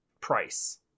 price